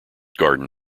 garden